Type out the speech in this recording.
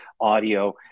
audio